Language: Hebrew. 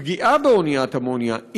פגיעה באוניית אמוניה,